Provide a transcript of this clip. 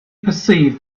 perceived